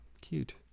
cute